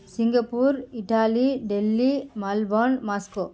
Singapore Italy Delhi Melbourne Moscow